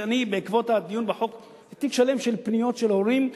בעקבות הדיון בחוק יש לי תיק שלם של פניות של הורים.